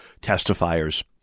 testifiers